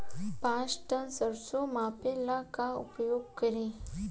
पाँच टन सरसो मापे ला का उपयोग करी?